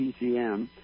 PCM